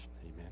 Amen